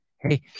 Hey